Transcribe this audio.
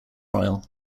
royle